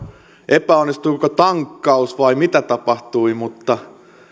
epäonnistuiko tankkaus vai mitä tapahtui mutta